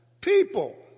people